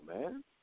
man